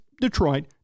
Detroit